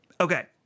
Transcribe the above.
Okay